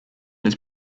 his